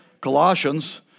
Colossians